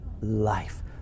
life